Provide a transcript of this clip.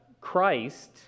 Christ